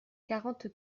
quarante